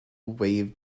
wave